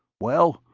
well,